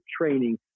training